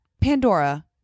Pandora